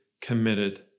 committed